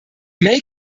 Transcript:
may